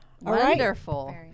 wonderful